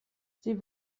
sie